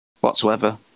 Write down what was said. whatsoever